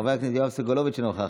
חבר הכנסת יואב סגלוביץ' אינו נוכח,